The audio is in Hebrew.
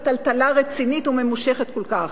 בעת שמערכת הבריאות עוברת טלטלה רצינית וממושכת כל כך?